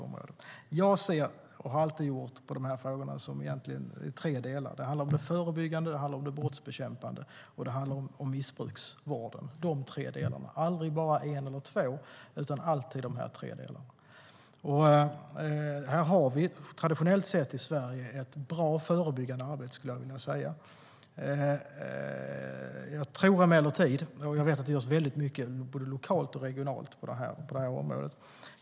Jag ser på dessa frågor - och har alltid gjort det - som tre delar. Det handlar om det förebyggande arbetet, det brottsbekämpande arbetet och missbruksvården. Det handlar aldrig bara om en eller två av dessa delar, utan det handlar alltid om alla tre delarna. I Sverige har vi traditionellt sett ett bra förebyggande arbete, skulle jag vilja säga. Jag vet att det görs väldigt mycket både lokalt och regionalt på detta område.